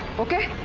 okay.